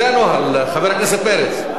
זה הנוהל, חבר הכנסת פרץ.